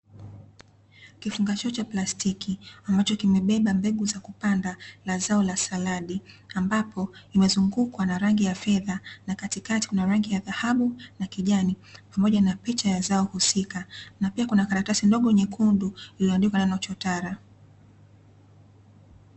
Kifungashio cha plastiki ambacho kimebeba mbegu za kupanda na zao la saladi, ambapo imezungukwa na rangi ya fedha katikati kuna rangi ya dhahabu na kijani, pamoja na picha ya zao husika na pia kuna karatasi ndogo nyekundu iliyoandikwa neno chotara.